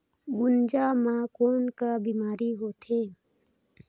गुनजा मा कौन का बीमारी होथे?